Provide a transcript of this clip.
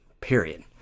Period